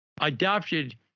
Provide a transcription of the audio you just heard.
adopted